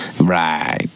Right